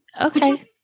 Okay